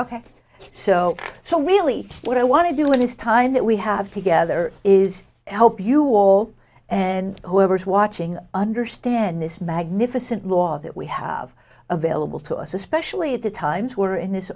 really what i want to do when is time that we have together is help you all and whoever's watching understand this magnificent law that we have available to us especially at the times were in this